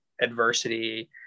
adversity